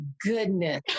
goodness